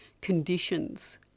conditions